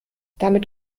damit